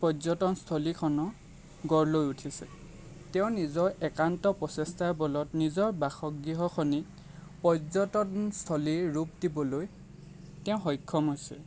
পৰ্যটনস্থলীখন গঢ় লৈ উঠিছে তেওঁৰ নিজৰ একান্ত প্ৰচেষ্টাৰ বলত নিজৰ বাসগৃহখনি পৰ্যটনস্থলীৰ ৰূপ দিবলৈ তেওঁ সক্ষম হৈছে